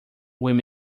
will